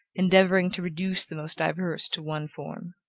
endeavoring to reduce the most diverse to one form.